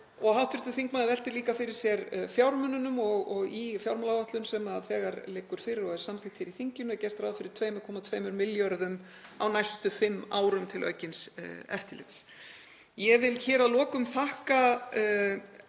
Hv. þingmaður velti líka fyrir sér fjármununum og í fjármálaáætlun, sem þegar liggur fyrir og er samþykkt hér í þinginu, er gert ráð fyrir 2,2 milljörðum á næstu fimm árum til aukins eftirlits. Ég vil hér að lokum þakka